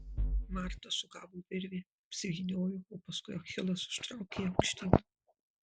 marta sugavo virvę apsivyniojo o paskui achilas užtraukė ją aukštyn